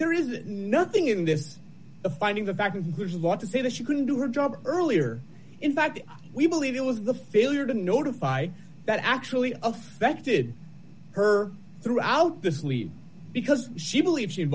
there is nothing in this a finding the fact that there's a lot to say that she couldn't do her job earlier in fact we believe it was the failure to notify that actually affected her throughout this lead because she believed she